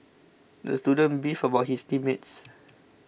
the student beefed about his team mates